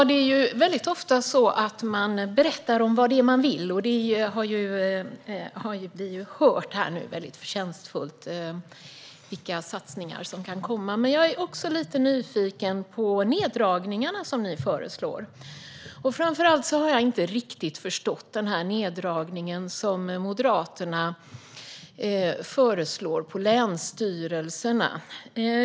Herr talman! Det är ofta så att man berättar om vad det är man vill. Vi har nu hört förtjänstfullt berättas om vilka satsningar som kan komma. Men jag är också lite nyfiken på neddragningarna som Moderaterna föreslår. Framför allt har jag inte riktigt förstått neddragningen på länsstyrelserna som ni föreslår.